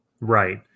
right